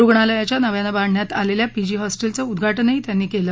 रुग्णालयाच्या नव्यानं बांधण्यात आलखा पीजी हॉस्ट्रलीम उद्घाटनही त्यांनी कल्ल